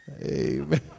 Amen